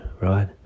right